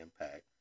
impact